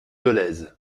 dolez